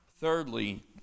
Thirdly